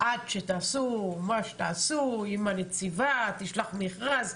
עד שתעשו מה שתעשו, אם הנציבה תשלח מכרז.